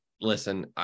listen